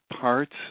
parts